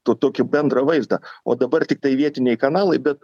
tokį bendrą vaizdą o dabar tiktai vietiniai kanalai bet